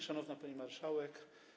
Szanowna Pani Marszałek!